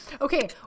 Okay